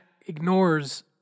ignores